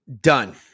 Done